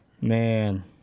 Man